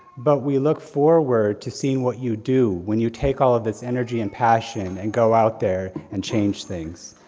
but we look forward to see what you do when you take all of this energy and passion, and go out there, and change things.